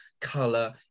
color